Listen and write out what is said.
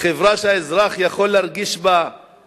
חברה שהאזרח יכול להרגיש בה שהוא